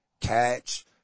Catch